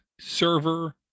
server